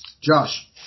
Josh